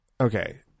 okay